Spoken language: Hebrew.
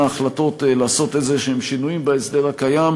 החלטות לעשות איזשהם שינויים בהסדר הקיים,